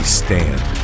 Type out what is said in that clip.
stand